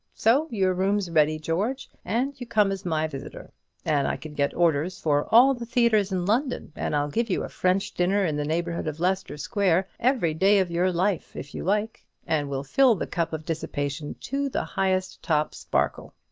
so your room's ready, george, and you come as my visitor and i can get orders for all the theatres in london, and i'll give you a french dinner in the neighbourhood of leicester square every day of your life, if you like and we'll fill the cup of dissipation to the highest top sparkle.